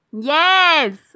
Yes